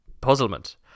puzzlement